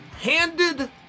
handed